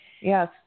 yes